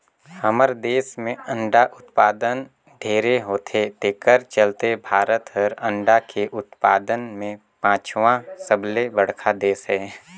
हमर देस में अंडा उत्पादन ढेरे होथे तेखर चलते भारत हर अंडा के उत्पादन में पांचवा सबले बड़खा देस हे